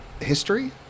history